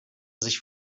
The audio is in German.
sich